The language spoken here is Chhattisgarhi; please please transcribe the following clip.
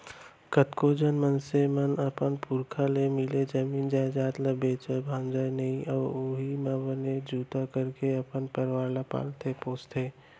कतको झन मनसे मन अपन पुरखा ले मिले जमीन जयजाद ल बेचय भांजय नइ अउ उहीं म बने बूता करके अपन परवार ल पालथे पोसथे